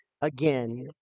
again